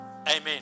Amen